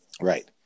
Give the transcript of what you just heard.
Right